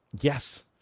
Yes